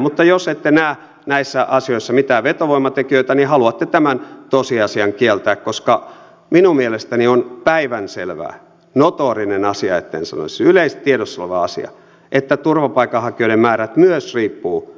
mutta jos ette näe näissä asioissa mitään vetovoimatekijöitä niin haluatte tämän tosiasian kieltää koska minun mielestäni on päivänselvää notorinen asia etten sanoisi yleisesti tiedossa oleva asia että turvapaikanhakijoiden määrät myös riippuvat